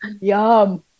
Yum